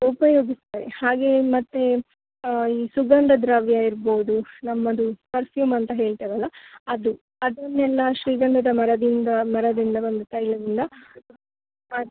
ಉಪಯೋಗಿಸ್ತಾರೆ ಹಾಗೇ ಮತ್ತೇ ಈ ಸುಗಂಧ ದ್ರವ್ಯ ಇರ್ಬೋದು ನಮ್ಮದು ಪರ್ಫ್ಯೂಮ್ ಅಂತ ಹೇಳ್ತೇವಲ್ಲ ಅದು ಅದನ್ನೆಲ್ಲ ಶ್ರೀಗಂಧದ ಮರದಿಂದ ಮರದಿಂದ ಬಂದ ತೈಲದಿಂದ